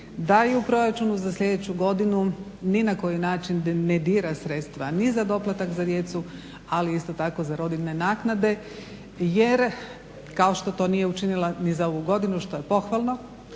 da i u proračunu za sljedeću godinu ni na koji način ne dira sredstva ni za doplatan za djecu, ali isto tako za rodiljne naknade. Jer kao što to nije ni za ovu godinu, što je pohvalno.